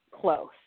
close